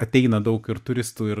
ateina daug ir turistų ir